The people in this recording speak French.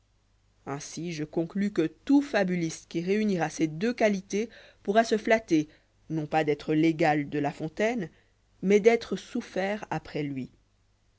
ainsi je conclus que tout fabuliste qui réunira ces deux qualités pourra se flatter non pas d'être l'égal de la fontaine mais d'être souffert après lui